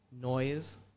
noise